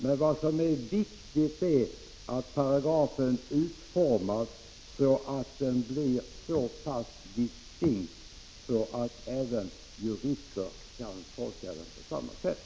Men vad som är viktigt är att paragrafen utformas så att den blir så pass distinkt att även jurister kan tolka den på samma sätt.